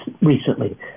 recently